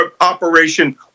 operation